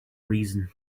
reason